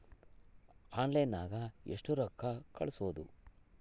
ಆನ್ಲೈನ್ನಾಗ ಎಷ್ಟು ರೊಕ್ಕ ಕಳಿಸ್ಬೋದು